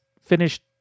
finished